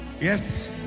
Yes